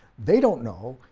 they don't know,